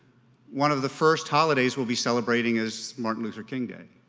one of the first holidays we'll be celebrating is martin luther king day